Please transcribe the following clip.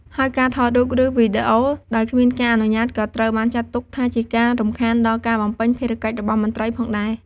ហើយការថតរូប ឬវីដេអូដោយគ្មានការអនុញ្ញាត ក៏ត្រូវបានចាត់ទុកថាជាការរំខានដល់ការបំពេញភារកិច្ចរបស់មន្ត្រីផងដែរ។